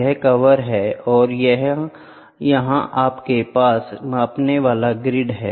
यह कवर है और यहां आपके पास मापने वाला ग्रिड है